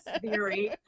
theory